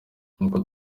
nkuko